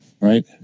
right